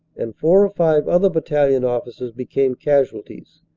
and four or five other battalion officers became casualties,